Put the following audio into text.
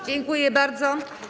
Dziękuję bardzo.